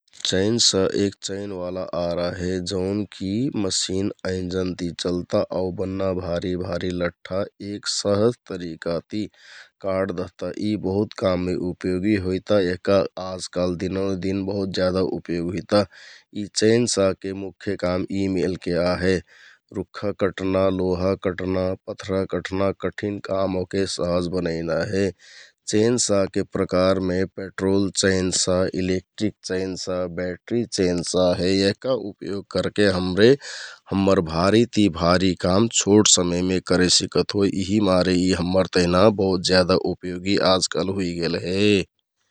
चैनसा एक चैनवाला आरा हे जौनकि मसिन अइनजनति चलता आउ बन्‍ना भारी भारी लट्ठा एक सहज तरिकाति काट दहता । यि बहुत काममे उपयोगी हुइता एहका आजकाल दिनानुदिन बहुत ज्यादा उपयोग हुइता । यि चैनसाके मुख्य काम यि मेलके आहे । रुक्खा कटना, लोहा कटना, पथरा कटना, कठिन काम ओहके सहज बनैना हे । चेनसाके प्रकारमे petrol chainsaw, electric chainsaw, battery chainsaw हे यहका उपयोग करके हमरे हम्मर भारि ति भारि काम छोट समयमे करेसिकत होइ । इहिमारे यि हम्मर तेहना बहुत ज्यादा उपयोगी आजकाल हुइगेल हे ।